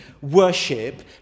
worship